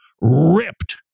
ripped